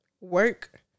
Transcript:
work